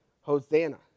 Hosanna